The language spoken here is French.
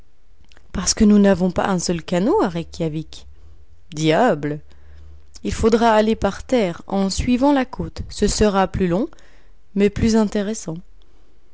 parce que nous n'avons pas un seul canot à reykjawik diable il faudra aller par terre en suivant la côte ce sera plus long mais plus intéressant